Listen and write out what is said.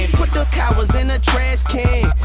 and put them cowards in a trash can